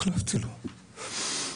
החלפתי לו,